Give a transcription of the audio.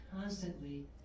constantly